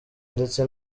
ndetse